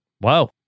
Wow